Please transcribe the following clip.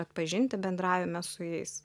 atpažinti bendravime su jais